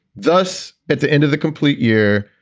thus, at the end of the complete year,